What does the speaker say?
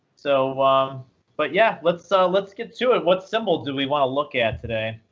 so but yeah, let's so let's get to it. what symbol do we want to look at today?